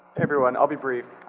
everyone, i'll be brief.